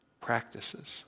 practices